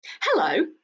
hello